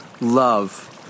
love